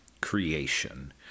creation